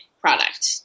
product